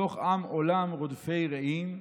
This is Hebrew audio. תוך עם עולם רודפי רעים,